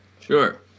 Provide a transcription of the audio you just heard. Sure